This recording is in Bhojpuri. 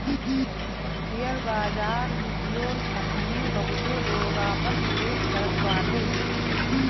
शेयर बाजार, म्यूच्यूअल फंड में बहुते लोग आपन निवेश करत बाटे